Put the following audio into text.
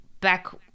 back